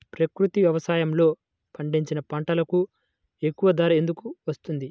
ప్రకృతి వ్యవసాయములో పండించిన పంటలకు ఎక్కువ ధర ఎందుకు వస్తుంది?